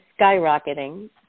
skyrocketing